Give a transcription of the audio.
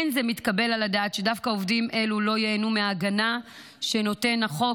אין זה מתקבל על הדעת שדווקא עובדים אלו לא ייהנו מההגנה שנותן החוק